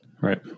Right